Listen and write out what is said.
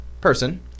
person